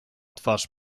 twarz